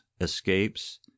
escapes